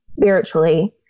spiritually